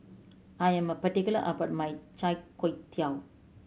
I am a particular about my chai tow kway